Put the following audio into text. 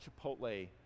Chipotle